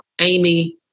Amy